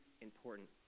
important